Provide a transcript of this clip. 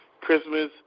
Christmas